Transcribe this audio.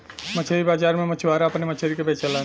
मछरी बाजार में मछुआरा अपने मछरी के बेचलन